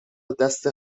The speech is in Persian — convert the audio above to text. دسته